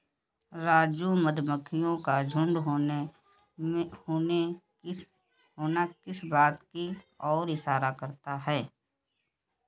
राजू मधुमक्खियों का झुंड में होना किस बात की ओर इशारा करता है?